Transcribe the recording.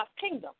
kingdom